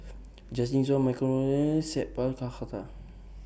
Justin Zhuang Michael Wong Sat Pal Khattar